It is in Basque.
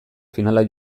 finala